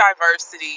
diversity